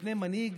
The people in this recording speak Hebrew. מפי מנהיג